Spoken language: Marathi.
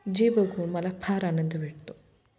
जे बघून मला फार आनंद भेटतो